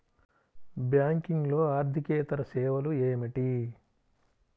బ్యాంకింగ్లో అర్దికేతర సేవలు ఏమిటీ?